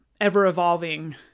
ever-evolving